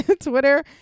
Twitter